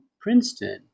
Princeton